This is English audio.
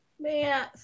Man